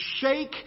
shake